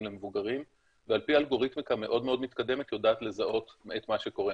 למבוגרים ועל פי אלגוריתמיקה מאוד מתקדמת יודעת לזהות את מה שקורה.